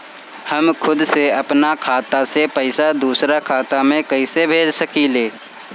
हम खुद से अपना खाता से पइसा दूसरा खाता में कइसे भेज सकी ले?